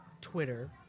twitter